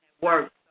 work